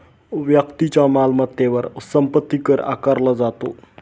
व्यक्तीच्या मालमत्तेवर संपत्ती कर आकारला जातो